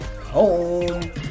home